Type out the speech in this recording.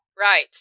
Right